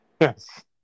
Yes